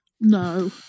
No